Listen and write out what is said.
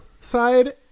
side